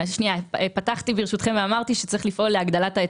פתחתי ואמרתי שצריך לפעול להגדלת ההיצע.